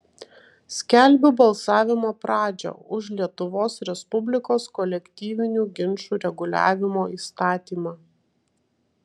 skelbiu balsavimo pradžią už lietuvos respublikos kolektyvinių ginčų reguliavimo įstatymą